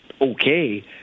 okay